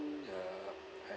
mm ya I